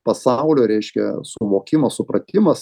pasaulio reiškia suvokimo supratimas